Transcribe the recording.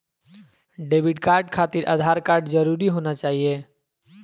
Debit card खातिर Aadhaar card जरूरी होना चाहिए?